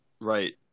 Right